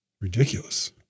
Ridiculous